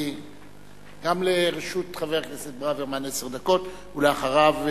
גם לרשות חבר הכנסת ברוורמן עשר דקות, ואחריו,